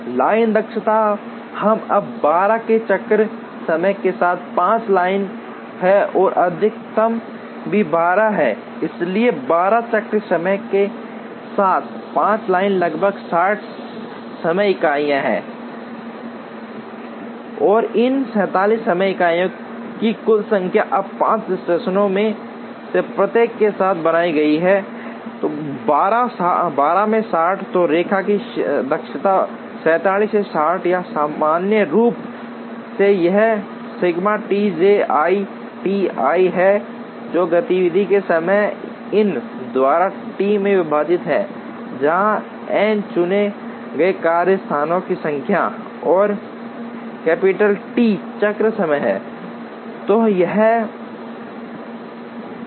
line दक्षता हम अब 12 के चक्र समय के साथ 5 लाइनें हैं और अधिकतम भी 12 है इसलिए 12 चक्र समय के साथ 5 लाइनें लगभग 60 समय इकाइयां हैं और इन 47 समय इकाइयों की कुल संख्या अब 5 स्टेशनों में से प्रत्येक के साथ बनाई गई है 12 में 60 तो रेखा की दक्षता 47 से 60 या सामान्य रूप से यह सिग्मा टी जे या टी आई है जो गतिविधि के समय एन द्वारा टी में विभाजित है जहां एन चुने गए कार्यस्थानों की संख्या है और कैपिटल टी चक्र समय है